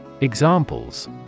examples